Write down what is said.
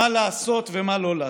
מה לעשות ומה לא לעשות.